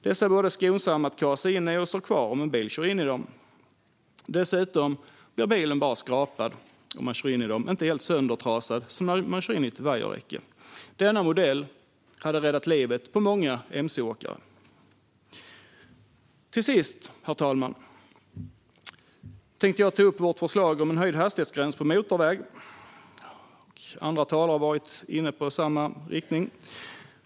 Dessa är både skonsamma att kasa in i och står kvar om en bil kör in i dem. Dessutom blir bilen bara skrapad om man kör in i dem, inte helt söndertrasad som när man kör in i ett vajerräcke. Denna modell hade räddat livet på många mc-åkare. Till sist, herr talman, tänkte jag ta upp vårt förslag om höjd hastighetsgräns på motorväg. Andra talare har varit inne på samma sak.